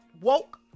woke